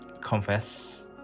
confess